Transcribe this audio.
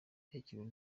yakiriwe